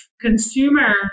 consumer